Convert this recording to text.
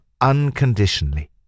unconditionally